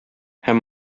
һәм